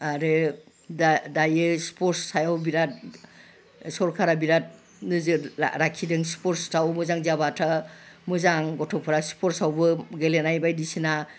आरो दा दायो स्पर्ट्स सायाव बिराद सरखारा बिराद नोजोर लाखिदों स्पर्ट्सआव मोजां जाब्लाथ' मोजां गथ'फोरा स्पर्ट्सआवबो गेलेनाय बायदिसिना